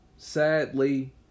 sadly